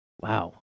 Wow